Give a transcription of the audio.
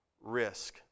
risk